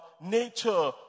nature